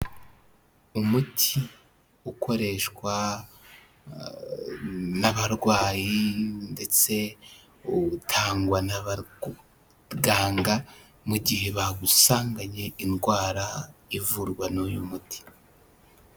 Umuti ukoreshwa n'abarwayi ndetse utangwa n' abaganga, mu gihe bagusanganye indwara ivurwa n'uyu muti.